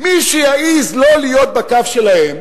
מי שיעז לא להיות בקו שלהם